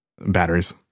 Batteries